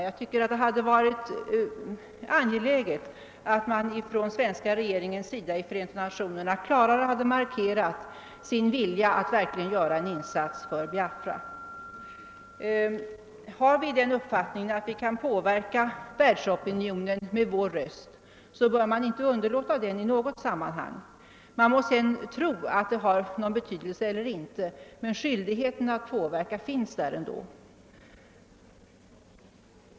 Jag tycker det hade varit angeläget för svenska regeringens talesmän i FN att klarare markera sin vilja att verkligen göra en insats för Biafra. Om man har den uppfattningen att Sverige kan påverka världsopinionen med sin röst, så bör man inte underlåta att göra det i alla sammanhang. Man må sedan tro eller inte tro att detta har någon betydelse; skyldigheten att försöka påverka finns där ändå.